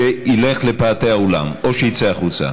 שילך לפאתי האולם או שיצא החוצה.